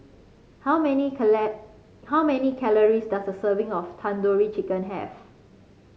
how many how many calories does a serving of Tandoori Chicken have